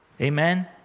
Amen